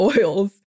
oils